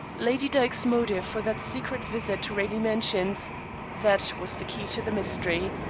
lady dyke's motive for that secret visit to raleigh mansions that was the key to the mystery.